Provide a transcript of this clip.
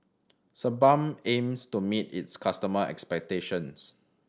Sebamed aims to meet its customer expectations